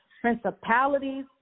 principalities